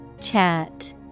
Chat